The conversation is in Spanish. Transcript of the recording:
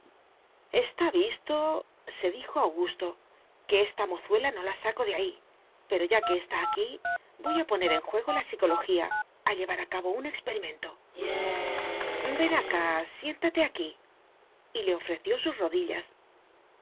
está vistose dijo augustoque a esta mozuela no la saco de ahí pero ya que está aquí voy a poner en juego la psicología a llevar a cabo un experimento ven acá siéntate aquí y le ofreció sus rodillas